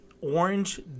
orange